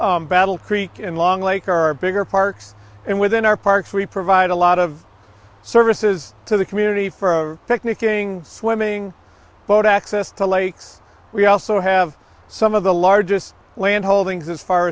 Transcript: battle creek and long lake are bigger parks and within our parks we provide a lot of services to the community for picnicking swimming boat access to lakes we also have some of the largest land holdings as far